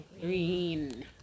Green